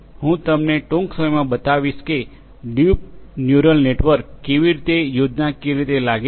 હું તમને ટૂંક સમયમાં બતાવીશ કે ડીપ ન્યુરલ નેટવર્ક કેવી રીતે યોજનાકીય રીતે લાગે છે